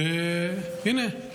שהינה,